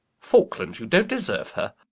faulkland, you don't deserve her!